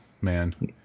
man